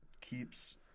keeps